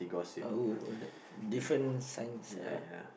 oh !woo! different science ah